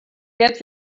get